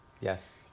Yes